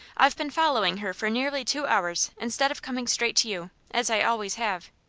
i've been following her for nearly two hours instead of coming straight to you, as i always have.